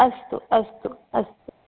अस्तु अस्तु अस्तु